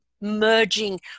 merging